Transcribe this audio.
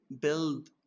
build